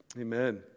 amen